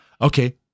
okay